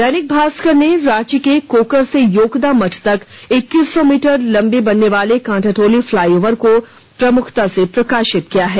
दैनिक भास्कर ने रांची के कोकर से योगदा मठ तक इक्कीस सौ मीटर लम्बे बनने वाले कांटाटोली फ्लाई ओवर को प्रमुखता से प्रकाशित किया है